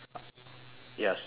you're still scared